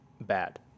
bad